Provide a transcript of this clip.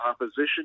opposition